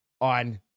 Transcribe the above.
on